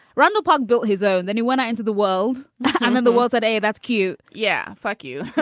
randall park built his own. then he went out into the world and and the world's a day. that's cute. yeah. fuck you